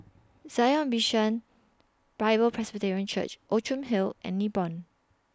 Zion Bishan Bible Presbyterian Church Outram Hill and Nibong